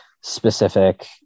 specific